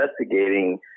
investigating